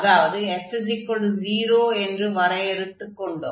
அதாவது f0 என்று வரையறுத்துக் கொண்டோம்